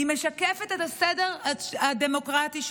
היא משקפת את הסדר הדמוקרטי שלנו.